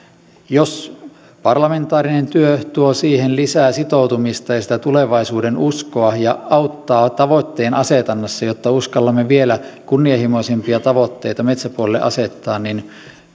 jos parlamentaarinen työ tuo siihen lisää sitoutumista ja sitä tulevaisuudenuskoa ja auttaa tavoitteen asetannassa jotta uskallamme vielä kunnianhimoisempia tavoitteita metsäpuolelle asettaa niin